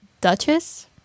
duchess